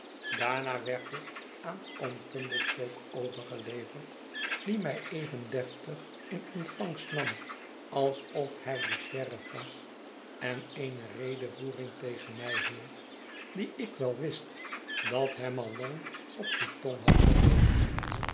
daarna werd ik aan oom pumblechook overgeleverd die mij even deftig in ontvangst nam alsof hij de sheriff was en eene redevoering tegen mij hield die ik wel wist dat hem al lang op de tong had gelegen